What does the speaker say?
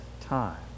time